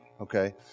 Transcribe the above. okay